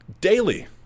daily